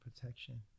protection